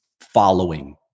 following